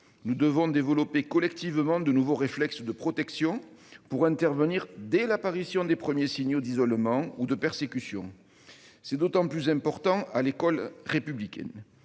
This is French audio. Nous devons développer collectivement de nouveaux réflexes de protection pour intervenir dès l'apparition des premiers signaux d'isolement ou de persécution. C'est d'autant plus important à l'école républicaine.